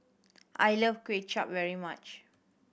I love Kuay Chap very much